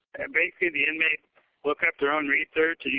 and basically, the inmates look up their own research.